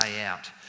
out